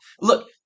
look